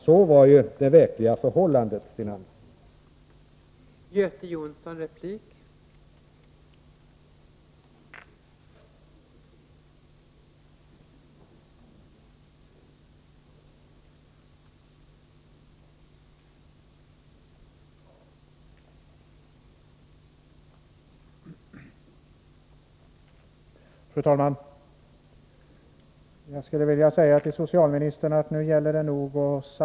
Sådant var det verkliga förhållandet, Sten Andersson.